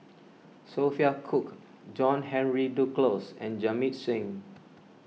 Sophia Cooke John Henry Duclos and Jamit Singh